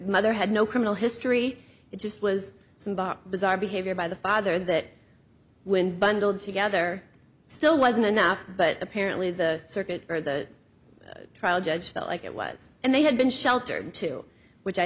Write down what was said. mother had no criminal history it just was some dark bizarre behavior by the father that when bundled together still wasn't enough but apparently the circuit or the trial judge felt like it was and they had been sheltered too which i